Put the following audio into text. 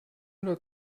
oder